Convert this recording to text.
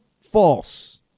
false